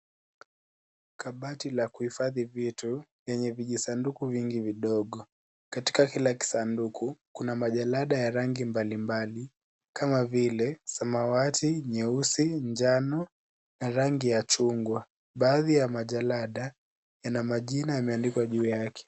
Kabati la kuhifadhi vitu, lenye vijisanduku vingi vidogo. Katika kila kisanduku, kuna majalada ya rangi mbalimbali kama vile samawati, nyeusi, njano na rangi ya chungwa. Baadhi ya majalada yana majina yameandikwa juu yake.